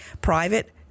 private